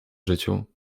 życiu